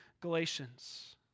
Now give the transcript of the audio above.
Galatians